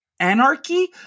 anarchy